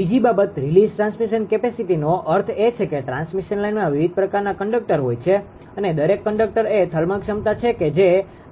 બીજી બાબત release transmission કેપેસીટીrelease transmission capacityમુક્ત થતી પ્રસારણ ક્ષમતાનો અર્થ એ છે કે ટ્રાન્સમિશન લાઇનમાં વિવિધ પ્રકારના કન્ડકટરconductorવાહક હોય છે અને દરેક કન્ડકટર એ થર્મલ ક્ષમતા છે કે જે